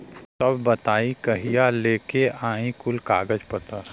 तब बताई कहिया लेके आई कुल कागज पतर?